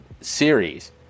series